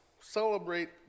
celebrate